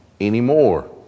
anymore